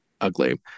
ugly